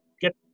get